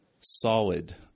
solid